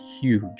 huge